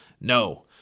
No